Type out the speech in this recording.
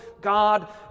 God